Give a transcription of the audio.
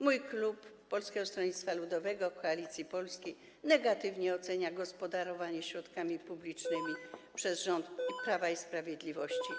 Mój klub, klub Polskie Stronnictwo Ludowe - Koalicja Polska, negatywnie ocenia gospodarowanie środkami publicznymi przez rząd Prawa i Sprawiedliwości.